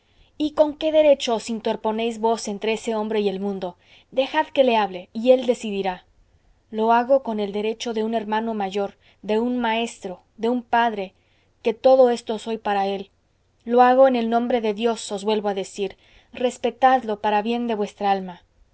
y con qué derecho os interponéis vos entre ese hombre y el mundo dejad que le hable y él decidirá lo hago con el derecho de un hermano mayor de un maestro de un padre que todo esto soy para él lo hago en el nombre de dios os vuelvo a decir respetadlo para bien de vuestra alma